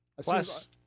Plus